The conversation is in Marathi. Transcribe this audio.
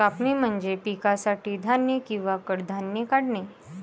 कापणी म्हणजे पिकासाठी धान्य किंवा कडधान्ये काढणे